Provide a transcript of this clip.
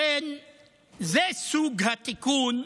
זה סוג התיקון,